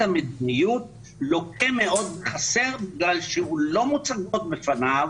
המדיניות לוקה מאוד בחסר בגלל שלא מוצגות בפניו